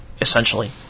essentially